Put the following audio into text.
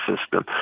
system